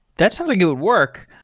that sounds like it would work.